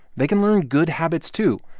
they can learn good habits, too,